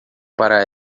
para